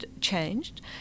changed